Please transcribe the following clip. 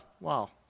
Wow